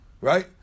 right